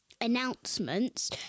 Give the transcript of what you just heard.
announcements